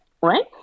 right